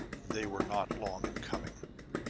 they were not long in coming.